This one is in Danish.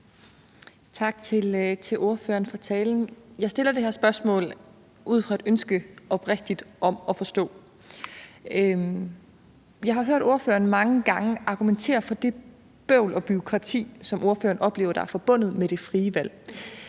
Tak til ordføreren for talen. Jeg stiller det her spørgsmål ud fra et oprigtigt ønske om at forstå. Jeg har hørt ordføreren argumentere mange gange for det bøvl og bureaukrati, som ordføreren oplever er forbundet med det frie valg.